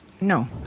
No